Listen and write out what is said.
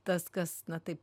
tas kas na taip